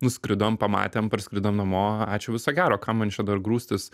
nuskridom pamatėm parskridom namo ačiū viso gero kam man čia dar grūstis